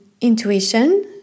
intuition